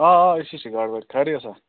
آ آ أسی چھِ گاڈٕ وٲلۍ خٲرٕے اوسا